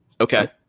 Okay